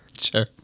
Sure